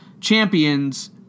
champions